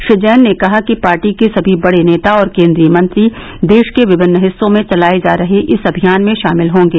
श्री जैन ने कहा कि पार्टी के सभी बड़े नेता और केन्द्रीय मंत्री देश के विभिन्न हिस्सों में चलाए जा रहे इस अभियान में शामिल होंगे